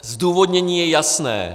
Zdůvodnění je jasné.